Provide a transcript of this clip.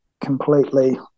completely